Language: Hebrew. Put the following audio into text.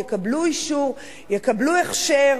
יקבלו הכשר,